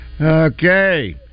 Okay